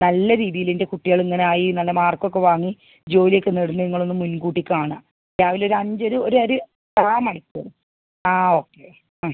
നല്ല രീതിയിൽ എൻ്റെ കുട്ടികൾ ഇങ്ങനെയായി നല്ല മാർക്കൊക്കെ വാങ്ങി ജോലി ഒക്കെ നേടുന്നത് നിങ്ങളൊന്ന് മുൻകൂട്ടി കാണുക രാവിലെ ഒരഞ്ച് ഒരു ഒര് ഒര് കാൽ മണിക്കൂറ് ആ ഓക്കെ ആ